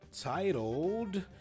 titled